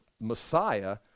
Messiah